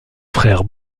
frère